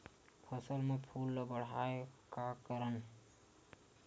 फसल म फूल ल बढ़ाय का करन?